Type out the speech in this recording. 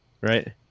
right